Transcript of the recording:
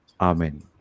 Amen